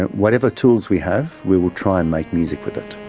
whatever tools we have, we will try and make music with it